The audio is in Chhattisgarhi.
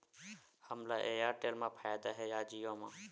हमला एयरटेल मा फ़ायदा हे या जिओ मा?